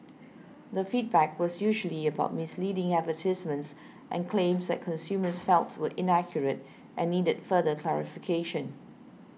the feedback was usually about misleading advertisements and claims that consumers felt were inaccurate and needed further clarification